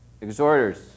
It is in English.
Exhorters